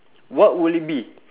what would it be